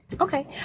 Okay